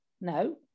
No